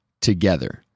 together